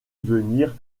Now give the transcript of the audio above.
venir